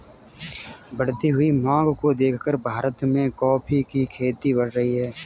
बढ़ती हुई मांग को देखकर भारत में कॉफी की खेती बढ़ रही है